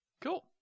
Cool